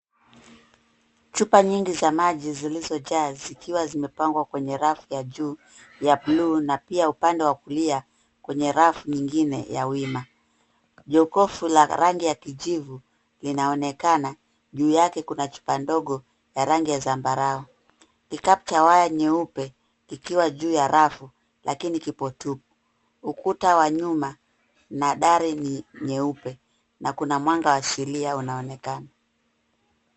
Chupa nyingi za maji zilizojaa zikiwa zimepangwa kwenye rafu ya juu ya bluu na pia upande wa kulia kwenye rafu nyingine ya wima. Jokofu la rangi ya kijivu linaonekana juu yake kuna chupa ndogo ya rangi ya zambarau. Kikapu cha waya nyeupe ikiwa juu ya rafu lakini kipo tupu. Ukuta wa nyuma na dari ni nyeupe, na kuna mwanga asilia unaoonekana.